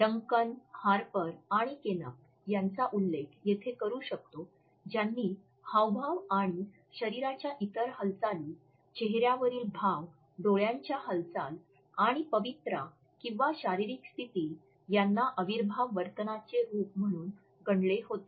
डंकन हार्पर आणि केनप्प यांचा उल्लेख येथे करू शकतो ज्यांनी हावभाव आणि शरीराच्या इतर हालचाली चेहऱ्यावरील भाव डोळ्यांची हालचाल आणि पवित्रा किंवा शारीरिक स्थिती यांना अविर्भाव वर्तनाचे रूप म्हणून गणले होते